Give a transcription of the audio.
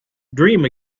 dream